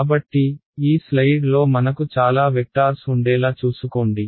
కాబట్టి ఈ స్లయిడ్లో మనకు చాలా వెక్టార్స్ ఉండేలా చూసుకోండి